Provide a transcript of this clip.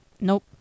Nope